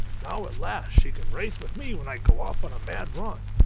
now at last, she can race with me when i go off on a mad run.